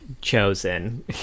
chosen